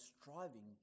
striving